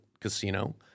casino